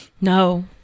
No